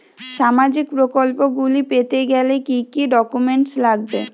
সামাজিক প্রকল্পগুলি পেতে গেলে কি কি ডকুমেন্টস লাগবে?